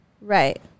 right